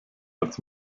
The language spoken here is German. als